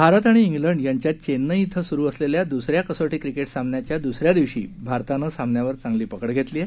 भारत आणि क्विंड यांच्यात चेन्नई क्विं सुरु असलेल्या दुसऱ्या कसोटी क्रिकेट सामन्याच्या दुसऱ्या दिवशी भारतानं सामन्यावर पकड घेतली आहे